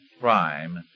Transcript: Crime